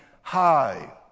high